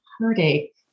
heartache